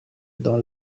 dans